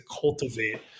cultivate